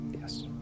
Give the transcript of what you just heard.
Yes